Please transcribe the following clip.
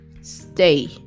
stay